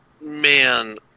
man